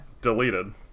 Deleted